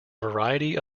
variety